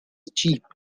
cheap